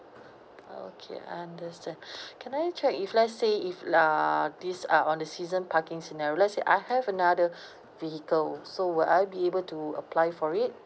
okay understand can I check if let's say if like this ah on the season parking scenario let's say I have another vehicle also will I be able to apply for it